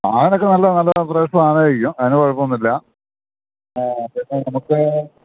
സാധനങ്ങളൊക്കെ നല്ല നല്ല ഫ്രഷ് സാധനമായിരിക്കും അതിന് കുഴപ്പമൊന്നും ഇല്ല ആ പിന്നെ നമുക്ക്